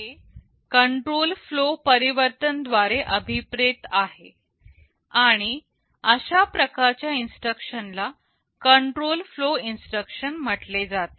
हे control flow परिवर्तन द्वारे अभिप्रेत आहे आणि अशा प्रकारच्या इन्स्ट्रक्शन ला कंट्रोल फ्लो इन्स्ट्रक्शन म्हटले जाते